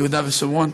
יהודה ושומרון.